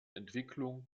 entwicklung